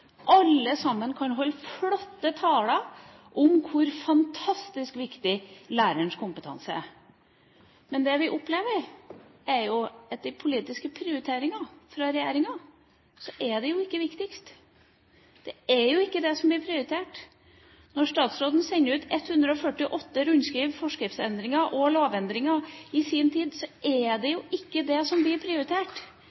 Alle sammen kan holde flotte taler om hvor fantastisk viktig lærerens kompetanse er. Men det vi opplever, er at i de politiske prioriteringene fra regjeringa er de ikke viktigst. Det er ikke det som blir prioritert. Da statsråden sendte ut 148 rundskriv, forskriftsendringer og lovendringer i sin tid, var det ikke det som ble prioritert. Det er helt andre ting statsråden syns det